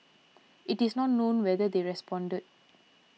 it is not known whether they responded